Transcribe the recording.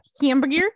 hamburger